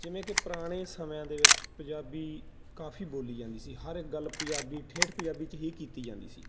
ਜਿਵੇਂ ਕਿ ਪੁਰਾਣੇ ਸਮਿਆਂ ਦੇ ਵਿੱਚ ਪੰਜਾਬੀ ਕਾਫੀ ਬੋਲੀ ਜਾਂਦੀ ਸੀ ਹਰ ਇੱਕ ਗੱਲ ਪੰਜਾਬੀ ਠੇਠ ਪੰਜਾਬੀ 'ਚ ਹੀ ਕੀਤੀ ਜਾਂਦੀ ਸੀ